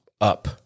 up